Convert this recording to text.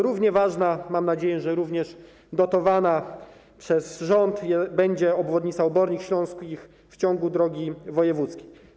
Równie ważna, mam nadzieję, że również dotowana przez rząd, będzie obwodnica Obornik Śląskich w ciągu drogi wojewódzkiej.